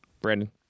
Brandon